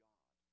God